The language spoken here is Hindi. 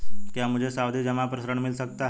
क्या मुझे सावधि जमा पर ऋण मिल सकता है?